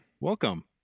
Welcome